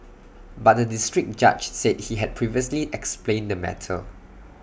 but the District Judge said he had previously explained the matter